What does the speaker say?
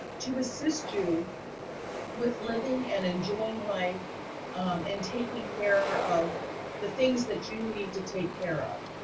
to assist you with living and enjoying life um and taking care of the things that you need to take care of.